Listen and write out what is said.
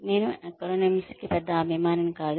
నేను ఎక్రోనింస్ కు పెద్ద అభిమానిని కాదు